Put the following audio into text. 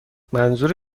منظور